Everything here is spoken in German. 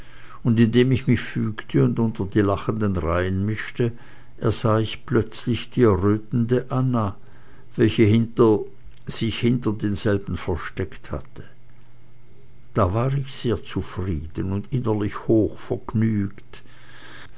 und indem ich mich fügte und unter die lachenden reihen mischte ersah ich plötzlich die errötende anna welche sich hinter denselben versteckt hatte da war ich sehr zufrieden und innerlich hoch vergnügt